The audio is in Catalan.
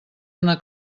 una